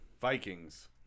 Vikings